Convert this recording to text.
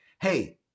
Hey